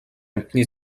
амьтны